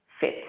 fit